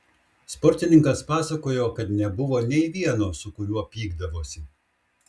sportininkas pasakojo kad nebuvo nei vieno su kuriuo pykdavosi